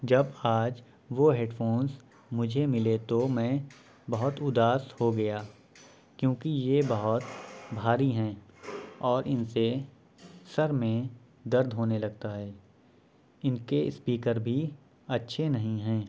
جب آج وہ ہیڈ فونس مجھے ملے تو میں بہت اداس ہو گیا کیوں کہ یہ بہت بھاری ہیں اور ان سے سر میں درد ہونے لگتا ہے ان کے اسپیکر بھی اچھے نہیں ہیں